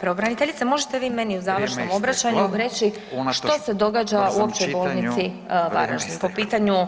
Pravobraniteljice, možete vi meni u završnom [[Upadica: Vrijeme je isteklo…]] obraćanju reći [[Upadica: …unatoč brzom čitanju.]] što se događa u Općoj bolnici Varaždin [[Upadica: Vrijeme je isteklo.]] po pitanju